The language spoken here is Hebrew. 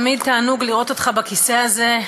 תמיד תענוג לראות אותך בכיסא הזה,